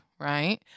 right